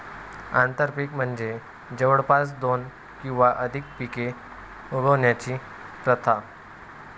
आंतरपीक म्हणजे जवळपास दोन किंवा अधिक पिके उगवण्याची प्रथा